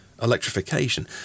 electrification